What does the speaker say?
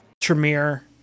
Tremere